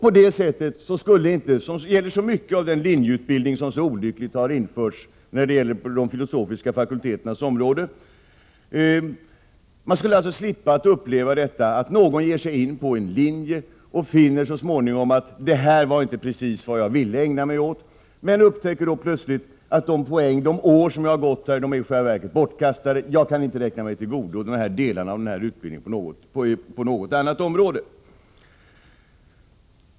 På det sättet skulle man slippa att uppleva det som så ofta förekommer inom den linjeutbildning som så olyckligt har införts på de filosofiska fakulteternas område, nämligen att en studerande så småningom finner att den utbildningslinje som påbörjats inte rör ett yrkesområde som han eller hon vill ägna sig åt. Den studerande upptäcker plötsligt att de år som gått i själva verket är bortkastade och att han inte inom något annat område kan räkna sig till godo de delar av utbildningen som genomförts.